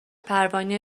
پروانه